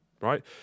right